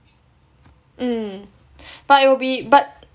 mm but it will be but